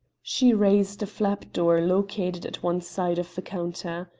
she raised a flap-door located at one side of the counter.